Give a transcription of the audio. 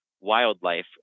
wildlife